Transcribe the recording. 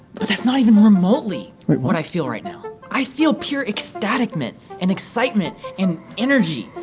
but that's not even remotely what i feel right now i feel pure ecstatic meant and excitement and energy